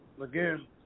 again